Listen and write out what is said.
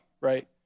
right